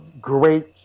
great